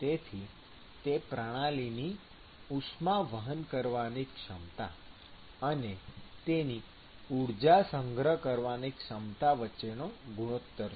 તેથી તે પ્રણાલીની ઉષ્મા વહન કરવાની ક્ષમતા અને તેની ઊર્જા સંગ્રહ કરવાની ક્ષમતા વચ્ચેનો ગુણોત્તર છે